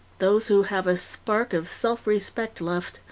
those who have a spark of self-respect left,